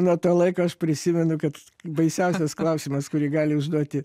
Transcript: nuo to laiko aš prisimenu kad baisiausias klausimas kurį gali užduoti